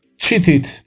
cheated